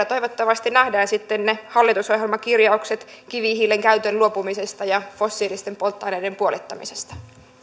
toivottavasti nähdään sitten ne hallitusohjelmakirjaukset kivihiilen käytön luopumisesta ja fossiilisten polttoaineiden käytön puolittamisesta